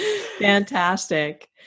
Fantastic